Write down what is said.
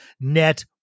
net